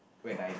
when I